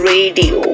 Radio